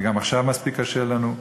וגם עכשיו מספיק קשה לנו.